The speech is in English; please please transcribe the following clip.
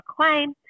claim